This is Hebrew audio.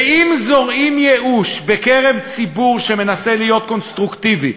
ואם זורעים ייאוש בקרב ציבור שמנסה להיות קונסטרוקטיבי,